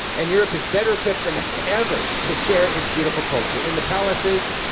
and europe is better equipped than ever to share its beautiful culture in the palaces,